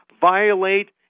violate